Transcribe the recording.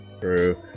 True